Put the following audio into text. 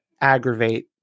aggravate